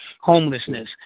homelessness